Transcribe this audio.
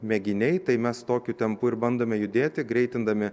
mėginiai tai mes tokiu tempu ir bandome judėti greitindami